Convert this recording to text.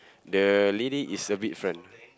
the lady is a bit front